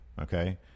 okay